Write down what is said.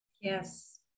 yes